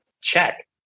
check